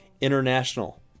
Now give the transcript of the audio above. International